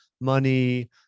money